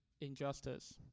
injustice